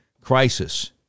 crisis